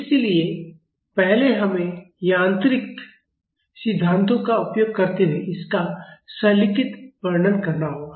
इसलिए पहले हमें यांत्रिक सिद्धांतों का उपयोग करते हुए इसका सरलीकृत वर्णन करना होगा